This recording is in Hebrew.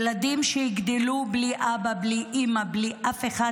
ילדים שיגדלו בלי אבא, בלי אימא, בלי אף אחד.